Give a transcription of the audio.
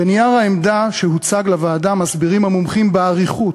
בנייר העמדה שהוצג לוועדה מסבירים המומחים באריכות